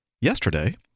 yesterday